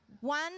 One